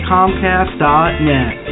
Comcast.net